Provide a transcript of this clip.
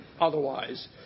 otherwise